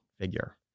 figure